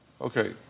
Okay